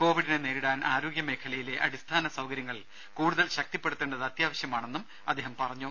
കോവിഡിനെ നേരിടാൻ ആരോഗ്യ മേഖലയിലെ അടിസ്ഥാന സൌകര്യങ്ങൾ കൂടുതൽ ശക്തിപ്പെടുത്തേണ്ടത് അത്യാവശ്യമാണെന്നും അദ്ദേഹം പറഞ്ഞു